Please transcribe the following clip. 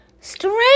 Strange